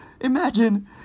Imagine